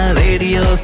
radio